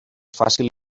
fàcil